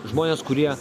žmonės kurie